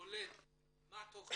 הקולט חשובה מאוד,